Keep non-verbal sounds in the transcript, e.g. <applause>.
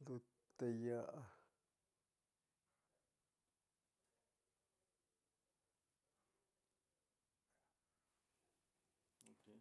Ndute ya'a <hesitation>